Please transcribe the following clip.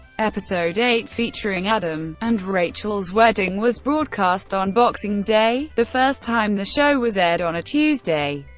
episode eight, featuring adam and rachel's wedding, was broadcast on boxing day the first time the show was aired on a tuesday.